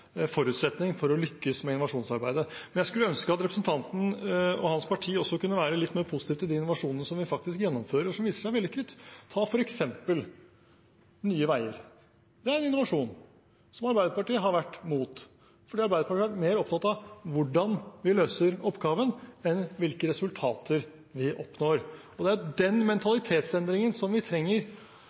forutsetning for å lykkes med innovasjonsarbeidet. Jeg skulle ønske at representanten og hans parti også kunne være litt mer positive til innovasjonen vi faktisk gjennomfører, og som viser seg vellykket. Ta f.eks. Nye Veier. Det er innovasjon som Arbeiderpartiet har vært imot, fordi Arbeiderpartiet har vært mer opptatt av hvordan vi løser oppgaven, enn hvilke resultater vi oppnår. Det er den mentalitetsendringen vi trenger